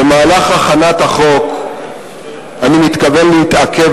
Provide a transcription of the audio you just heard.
במהלך הכנת החוק אני מתכוון להתעכב